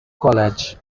college